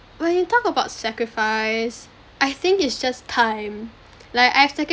when you talk about sacrifice I think it's just time like I have